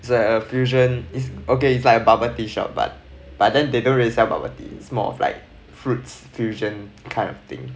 it's a fusion it's okay it's like a bubble tea shop but but then they don't really sell bubble tea it's more of like fruits fusion kind of thing